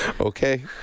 Okay